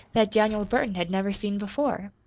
that daniel burton had never seen before.